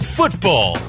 football